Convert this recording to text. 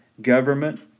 Government